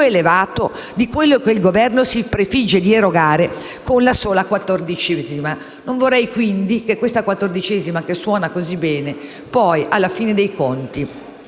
elevato di quello che il Governo si prefigge di erogare con la sola quattordicesima. Non vorrei, quindi, che questa quattordicesima, che suona così bene, alla fine dei conti